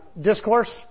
discourse